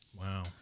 Wow